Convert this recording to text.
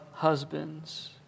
husbands